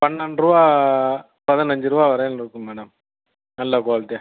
பன்னெண்டு ரூபா பதினஞ்சு ரூபா வரையிலும் இருக்கும் மேடம் நல்ல குவாலிட்டியாக